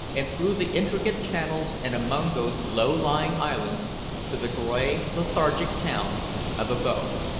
and through the intricate channels and among those low-lying islands to the gray lethargic town of abo.